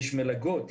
מלגות,